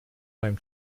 home